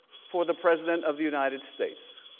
for the president of the united states.